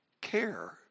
care